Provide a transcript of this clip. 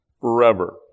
forever